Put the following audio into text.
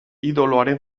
idoloaren